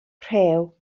rhew